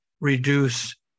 reduce